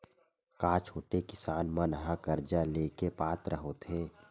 का छोटे किसान मन हा कर्जा ले के पात्र होथे?